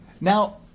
Now